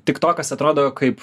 tik tokas kas atrodo kaip